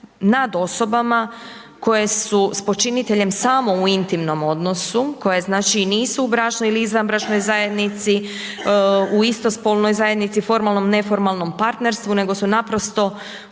nad osobama koje su s počiniteljem samo u intimnom odnosu, koje znači nisu u bračnoj ili izvanbračnoj zajednici, u istospolnoj zajednici, formalnom, neformalnom partnerstvu, nego su naprosto